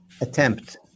attempt